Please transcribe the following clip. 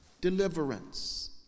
Deliverance